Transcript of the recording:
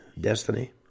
destiny